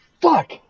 Fuck